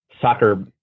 soccer